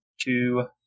two